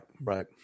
right